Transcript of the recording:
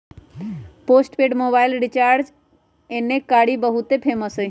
postpaid mobile recharge एन्ने कारि बहुते फेमस हई